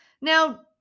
Now